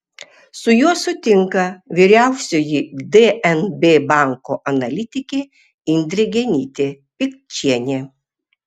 su juo sutinka vyriausioji dnb banko analitikė indrė genytė pikčienė